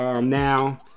now